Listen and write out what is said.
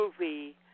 movie